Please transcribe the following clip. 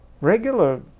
regular